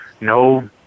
no